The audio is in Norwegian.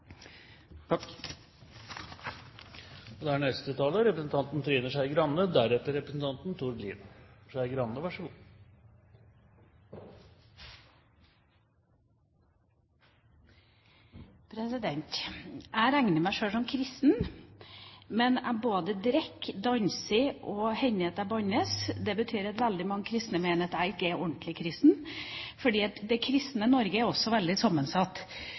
Jeg regner meg sjøl som kristen, men jeg både drikker, danser, og det hender at det bannes. Det betyr at veldig mange kristne mener at jeg ikke er ordentlig kristen. For det kristne Norge er veldig sammensatt